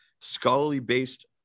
scholarly-based